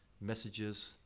messages